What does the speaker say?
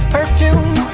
Perfume